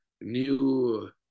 new